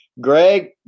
Greg